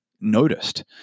noticed